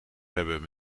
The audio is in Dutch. hebben